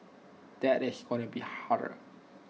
that is going to be harder